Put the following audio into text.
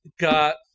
Got